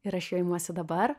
ir aš jo imuosi dabar